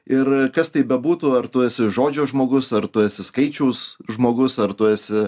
ir kas tai bebūtų ar tu esi žodžio žmogus ar tu esi skaičiaus žmogus ar tu esi